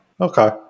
Okay